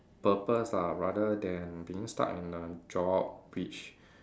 purpose ah rather than being stuck in a job which